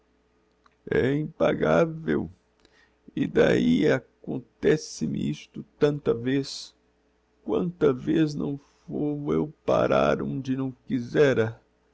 é impagavel e dahi acontece me isto tanta vez quanta vez não vou eu parar onde não quizéra